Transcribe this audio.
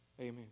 Amen